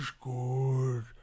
good